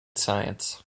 science